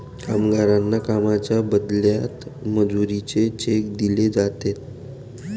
कामगारांना कामाच्या बदल्यात मजुरीचे चेक दिले जातात